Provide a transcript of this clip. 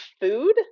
food